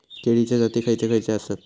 केळीचे जाती खयचे खयचे आसत?